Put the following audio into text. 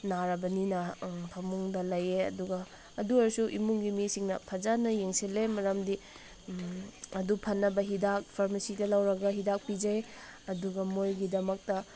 ꯅꯥꯔꯕꯅꯤꯅ ꯐꯃꯨꯡꯗ ꯂꯩ ꯑꯗꯨꯒ ꯑꯗꯨ ꯑꯣꯏꯔꯁꯨ ꯏꯃꯨꯡꯒꯤ ꯃꯤꯁꯤꯡꯅ ꯐꯖꯅ ꯌꯦꯡꯁꯤꯜꯂꯤ ꯃꯔꯝꯗꯤ ꯑꯗꯨ ꯐꯅꯕ ꯍꯤꯗꯥꯛ ꯐꯥꯔꯃꯁꯤꯗꯒꯤ ꯂꯧꯔꯒ ꯄꯤꯖꯩ ꯑꯗꯨꯒ ꯃꯣꯏꯒꯤ ꯗꯃꯛꯇ